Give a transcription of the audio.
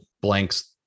blanks